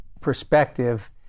perspective